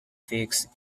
fixed